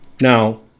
Now